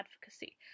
advocacy